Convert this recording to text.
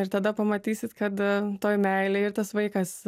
ir tada pamatysit kad toj meilėj ir tas vaikas